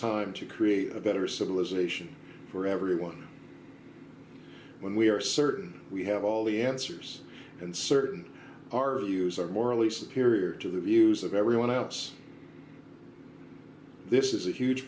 time to create a better civilization for everyone when we are certain we have all the answers and certainly our views are morally superior to the views of everyone else this is a huge